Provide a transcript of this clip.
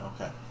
Okay